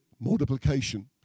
multiplication